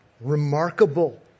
Remarkable